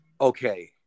okay